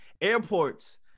airports